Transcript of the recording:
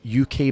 UK